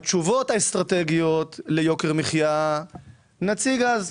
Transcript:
התשובות האסטרטגיות ליוקר מחיה נציג אז.